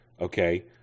okay